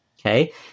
Okay